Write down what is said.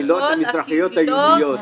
לקהילות המזרחיות היהודיות.